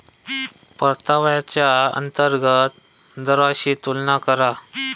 परताव्याच्या अंतर्गत दराशी तुलना करा